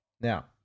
Now